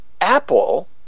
Apple